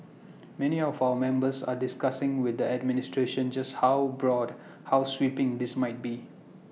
many of our members are discussing with the administration just how broad how sweeping this might be